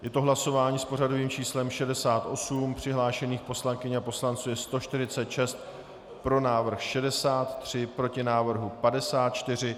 Je to hlasování s pořadovým číslem 68, přihlášených poslankyň a poslanců je 146, pro návrh 63, proti návrhu 54.